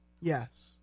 yes